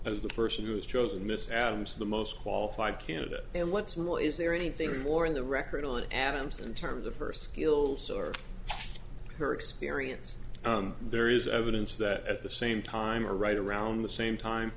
as the person who was chosen miss adams the most qualified candidate and what's more is there anything more in the record on adams and time the first skills are her experience there is evidence that at the same time a right around the same time